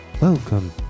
Welcome